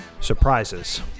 Surprises